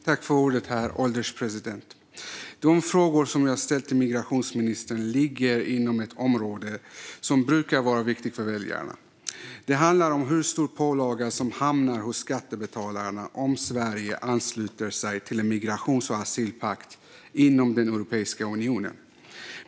Herr ålderspresident! De frågor som jag ställt till migrationsministern ligger inom ett område som brukar vara viktigt för väljarna. Det handlar om hur stor pålaga som hamnar hos skattebetalarna om Sverige ansluter sig till en migrations och asylpakt inom Europeiska unionen.